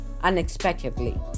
unexpectedly